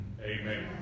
Amen